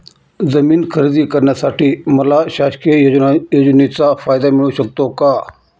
जमीन खरेदी करण्यासाठी मला शासकीय योजनेचा फायदा मिळू शकतो का?